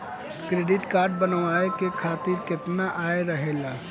Credit card बनवाए के खातिर केतना आय रहेला?